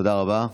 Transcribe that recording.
תודה רבה.